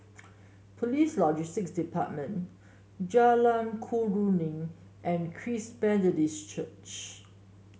Police Logistics Department Jalan Keruing and Christ Church